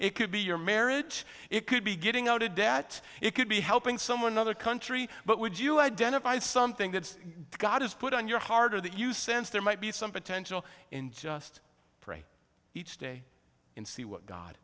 it could be your marriage it could be getting out of debt it could be helping someone other country but would you identify something that god has put on your heart or that you sense there might be some potential in just pray each day and see what god